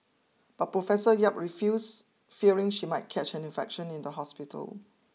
but Professor Yap refused fearing she might catch an infection in the hospital